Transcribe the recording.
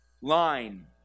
line